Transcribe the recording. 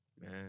Man